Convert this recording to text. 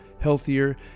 healthier